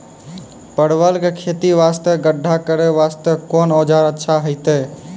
परवल के खेती वास्ते गड्ढा करे वास्ते कोंन औजार अच्छा होइतै?